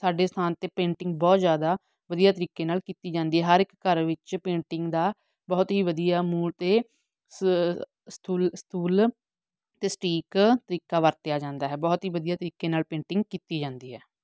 ਸਾਡੇ ਸਥਾਨ 'ਤੇ ਪੇਂਟਿੰਗ ਬਹੁਤ ਜ਼ਿਆਦਾ ਵਧੀਆ ਤਰੀਕੇ ਨਾਲ ਕੀਤੀ ਜਾਂਦੀ ਹੈ ਹਰ ਇੱਕ ਘਰ ਵਿੱਚ ਪੇਂਟਿੰਗ ਦਾ ਬਹੁਤ ਹੀ ਵਧੀਆ ਮੂਲ ਅਤੇ ਸ ਸਥੂਲ ਸਥੂਲ ਅਤੇ ਸਟੀਕ ਤਰੀਕਾ ਵਰਤਿਆ ਜਾਂਦਾ ਹੈ ਬਹੁਤ ਹੀ ਵਧੀਆ ਤਰੀਕੇ ਨਾਲ ਪੇਂਟਿੰਗ ਕੀਤੀ ਜਾਂਦੀ ਹੈ